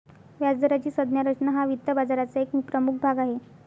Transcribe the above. व्याजदराची संज्ञा रचना हा वित्त बाजाराचा एक प्रमुख भाग आहे